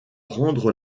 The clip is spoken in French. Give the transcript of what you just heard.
rendre